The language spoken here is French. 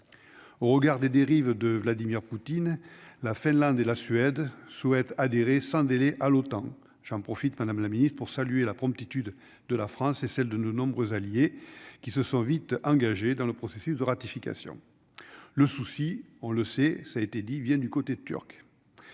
au regard des dérives de Vladimir Poutine, la Finlande et la Suède souhaite adhérer sans délai à l'OTAN, j'en profite, Madame la Ministre, pour saluer la promptitude de la France et celle de nos nombreux alliés qui se sont vite engagés dans le processus de ratification, le souci, on le sait, ça a été dit vient du côté turc,